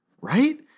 right